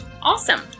Awesome